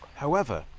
however,